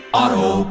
Auto